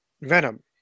Venom